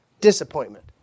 disappointment